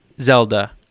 Zelda